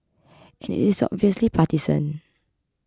it is obviously partisan